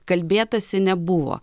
kalbėtasi nebuvo